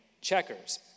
checkers